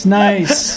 nice